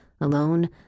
alone